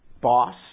boss